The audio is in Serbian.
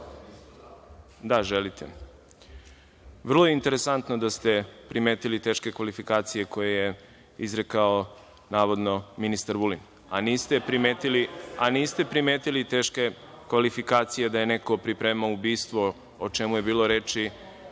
da.)Da, želite. Vrlo je interesantno da ste primetili teške kvalifikacije koje je izrekao, navodno, ministar Vulin, a niste primetili teške kvalifikacije – da je neko pripremao ubistvo, o čemu je bilo reči